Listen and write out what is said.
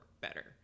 better